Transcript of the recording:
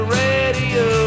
radio